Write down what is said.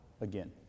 again